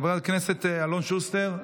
חבר הכנסת אלון שוסטר,